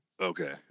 Okay